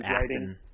writing